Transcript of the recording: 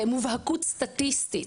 מובהקת סטטיסטית,